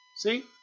See